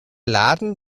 laden